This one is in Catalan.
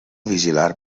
vigilar